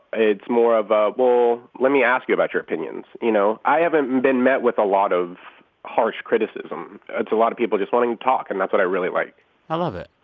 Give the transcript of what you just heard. it's more of ah a well, let me ask you about your opinions, you know? i haven't been met with a lot of harsh criticism. ah it's a lot of people just wanting to talk, and that's what i really like i love it.